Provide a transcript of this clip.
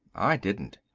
i didn't.